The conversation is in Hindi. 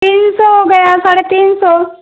तीन सौ हो गया साढ़े तीन सौ